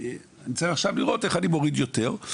וצריך עכשיו לראות איך אני מוריד יותר,